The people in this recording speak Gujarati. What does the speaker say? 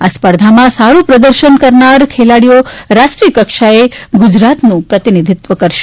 આ સ્પર્ધામાં સારૂ પ્રદર્શન કરનાર ખેલાડી રાષ્ટ્રીય કક્ષાએ ગુજરાતનું પ્રતિનિધિત્વ કરશે